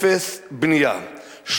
אפס בנייה.